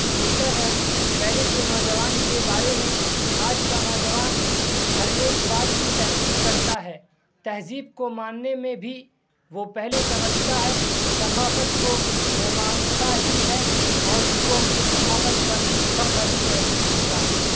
بہتر ہے پہلے کے نوجوان کے بارے میں آج کا نوجوان ہر ایک بات کی تحقیق کرتا ہے تہذیب کو ماننے میں بھی وہ پہلے سمجھتا ہے ثقافت کو وہ مانتا ہی ہے اور اس کو اپنی ثقافت پر فخر بھی محسوس ہوتا ہے